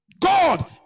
God